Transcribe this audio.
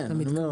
כן.